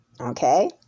Okay